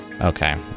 okay